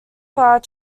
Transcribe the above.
far